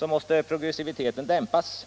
måste progressiviteten dämpas.